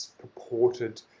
purported